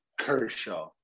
Kershaw